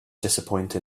disappointed